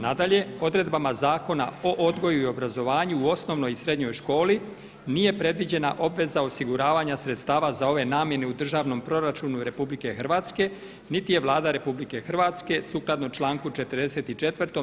Nadalje, odredbama Zakona o odgoju i obrazovanju u osnovnoj i srednjoj školi nije predviđena obveza osiguravanja sredstava za ove namjene u državnom proračunu RH niti je Vlada RH sukladno članku 44.